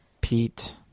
Pete